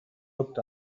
looked